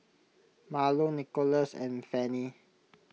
Marlo Nikolas and Fannie